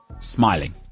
smiling